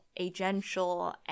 agential